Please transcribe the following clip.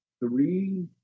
Three